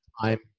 time